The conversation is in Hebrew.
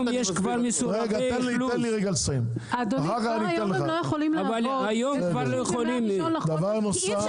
כבר היום הם לא יכולים לעבוד --- אי אפשר